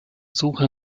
suche